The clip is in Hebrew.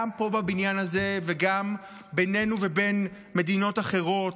גם פה בבניין הזה וגם בינינו ובין מדינות אחרות,